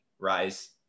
rise